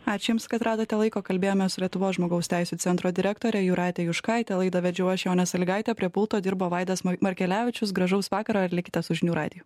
ačiū jums kad radote laiko kalbėjomės su lietuvos žmogaus teisių centro direktore jūrate juškaite laidą vedžiau aš jonė salygaitė o prie pulto dirbo vaidas markelevičius gražaus vakaro ir likite su žinių radiju